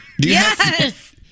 Yes